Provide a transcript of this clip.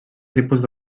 tipus